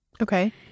Okay